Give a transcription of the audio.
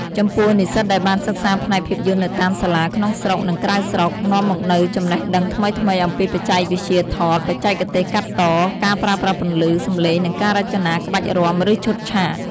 ចំពោះ និស្សិតដែលបានសិក្សាផ្នែកភាពយន្តនៅតាមសាលាក្នុងស្រុក និងក្រៅស្រុក នាំមកនូវចំណេះដឹងថ្មីៗអំពីបច្ចេកវិទ្យាថត បច្ចេកទេសកាត់ត ការប្រើប្រាស់ពន្លឺ សំឡេង និងការរចនាក្បាច់រាំ ឬឈុតឆាក។